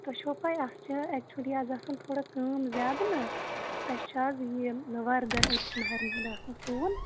تُہۍ چھُوا پَاے اَسہِ چھِ ایکچُلی آز آسَان تھوڑا کٲم زیادٕ نا اَسہِ چھُ اَز یہِ وَردَن أکِس مہرنہِ ہُنٛد آسَان سُوُن